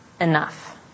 enough